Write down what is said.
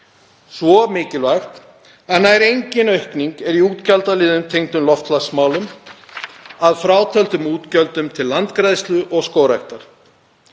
Svo mikilvægt að nær engin aukning er í útgjaldaliðum tengdum loftslagsmálum að frátöldum útgjöldum til landgræðslu og skógræktar.